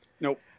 Nope